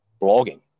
blogging